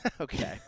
Okay